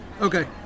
okay